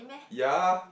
ya